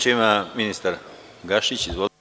Reč ima ministar Gašić.